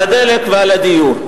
על הדלק ועל הדיור.